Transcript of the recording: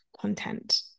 content